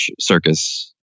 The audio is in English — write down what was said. circus